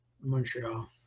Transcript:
Montreal